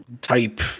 type